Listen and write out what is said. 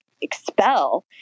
expel